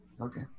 Okay